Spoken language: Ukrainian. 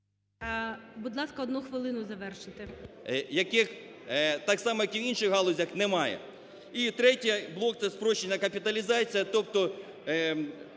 Будь ласка, одну хвилину, завершуйте.